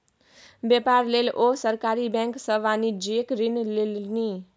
बेपार लेल ओ सरकारी बैंक सँ वाणिज्यिक ऋण लेलनि